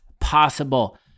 possible